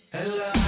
Hello